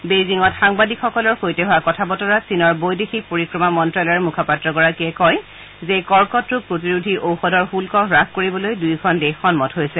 বেইজিঙত সাংবাদিকৰ সকলৰ সৈতে হোৱা কথা বতৰাত চীনৰ বৈদেশিক মন্ত্যালয়ৰ মুখপাত্ৰগৰাকীয়ে কয় যে কৰ্কট ৰোগ প্ৰতিৰোধী ঔষধৰ শুন্ধ হ্ৱাস কৰিবলৈ দুয়োখন দেশ সন্মত হৈছে